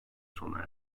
sona